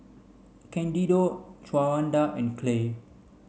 Candido Shawanda and Clay